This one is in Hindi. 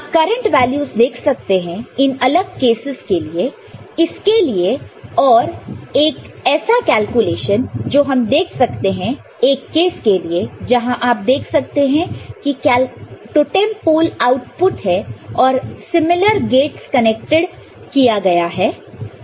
आप करंट वैल्यूस देख सकते हैं इन अलग केस इसके लिए और एक ऐसा कैलकुलेशन जो हम देख सकते हैं एक केस के लिए जहां आप देख सकते हैं कि टोटेम पोल आउटपुट है और सिमिलर गेटस कनेक्ट किया गया है आउटपुटपर